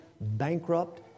bankrupt